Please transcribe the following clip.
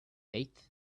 eighth